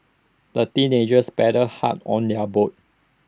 the teenagers paddled hard on their boat